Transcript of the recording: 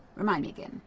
remind me again.